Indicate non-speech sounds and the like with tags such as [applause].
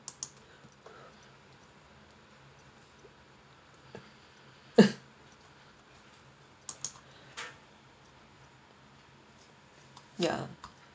[noise] ya